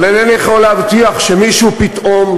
אבל אינני יכול להבטיח שמישהו פתאום,